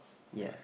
ya